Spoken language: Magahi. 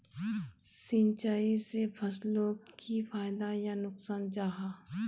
सिंचाई से फसलोक की फायदा या नुकसान जाहा?